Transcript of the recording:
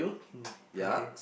pink okay